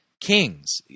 kings